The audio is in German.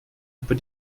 über